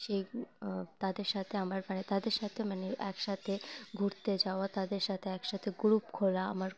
সেই তাদের সাথে আমার মানে তাদের সাথে মানে একসাথে ঘুরতে যাওয়া তাদের সাথে একসাথে গ্রুপ খোলা আমার